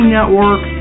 Network